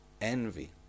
envy